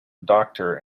doctor